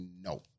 no